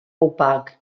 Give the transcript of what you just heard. opac